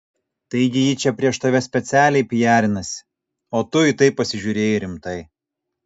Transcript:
taigi ji čia prieš tave specialiai pijarinasi o tu į tai pasižiūrėjai rimtai